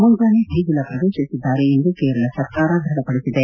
ಮುಂಜಾನೆ ದೇಗುಲ ಪ್ರವೇಶಿಸಿದ್ದಾರೆ ಎಂದು ಕೇರಳ ಸರ್ಕಾರ ದೃಢಪಡಿಸಿದೆ